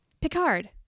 Picard